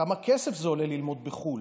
כמה כסף זה עולה ללמוד בחו"ל?